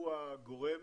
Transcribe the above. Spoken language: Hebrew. הוא הגורם